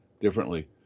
differently